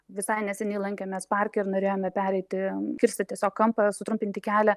visai neseniai lankėmės parke ir norėjome pereiti kirsti tiesiog kampą ir sutrumpinti kelią